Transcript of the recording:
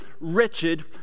wretched